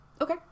Okay